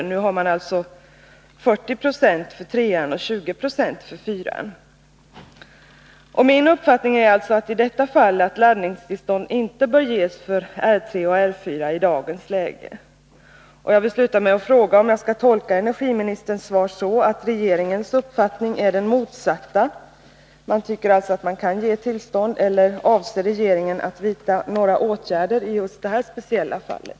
Det är därför märkligt att man nu ger tillstånd till drift med 40 96 effekt för Ringhals 3 och 20 96 för Ringhals 4. Min uppfattning är allstå att laddningstillstånd i dagens läge inte bör ges för R 3 och R 4. Jag vill sluta med att fråga om jag kan tolka energiministerns svar så att regeringens uppfattning är den motsatta, att man kan ge tillstånd? Eller avser regeringen att vidta några åtgärder i just det här speciella fallet?